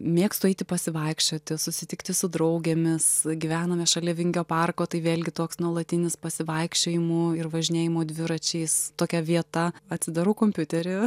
mėgstu eiti pasivaikščioti susitikti su draugėmis gyvename šalia vingio parko tai vėlgi toks nuolatinis pasivaikščiojimų ir važinėjimų dviračiais tokia vieta atsidarau kompiuterį